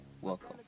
Welcome